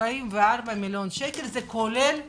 44 מיליון שקל זה כולל הכול.